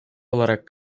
olarak